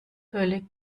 völlig